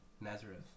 Nazareth